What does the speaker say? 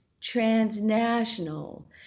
transnational